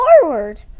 forward